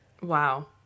Wow